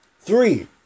Three